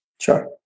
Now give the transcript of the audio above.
Sure